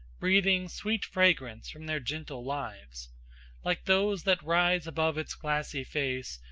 breathing sweet fragrance from their gentle lives like those that rise above its glassy face,